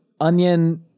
Onion